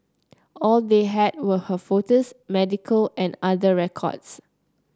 all they had were her photos medical and other records